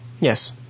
Yes